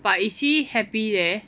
but is he happy there